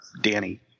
Danny